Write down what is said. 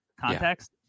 context